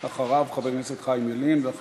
אחריו, חבר הכנסת חיים ילין, ואחריו,